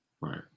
right